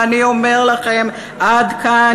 ואני אומר לכם: עד כאן,